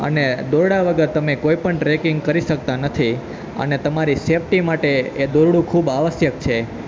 અને દોરડા વગર તમે કોઈ પણ ટ્રેકિંગ કરી શકતા નથી અને તમારી સેફટી માટે એ દોરડું ખૂબ આવશ્યક છે